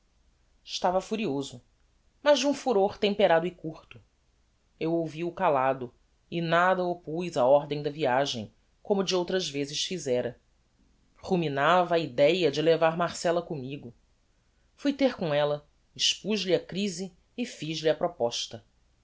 estava furioso mas de um furor temperado e curto eu ouvi o calado e nada oppuz á ordem da viagem como de outras vezes fizera ruminava a idéa de levar marcella commigo fui ter com ella expuz lhe a crise e fiz-lhe a proposta